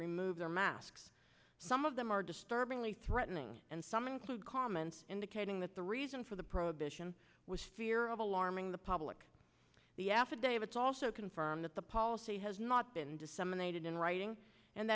remove their masks some of them are disturbingly threatening and some include comments indicating that the reason for the prohibition was fear of alarming the public the affidavits also confirm that the policy has not been disseminated in writing and